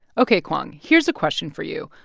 ok, kwong, here's a question for you.